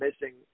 Missing